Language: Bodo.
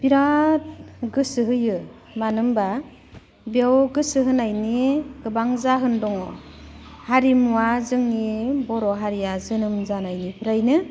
बिराद गोसो होयो मानो होमब्ला बेयाव गोसो होनायनि गोबां जाहोन दङ हारिमुवा जोंनि बर' हारिया जोनोम जानायनिफ्रायनो